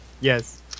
Yes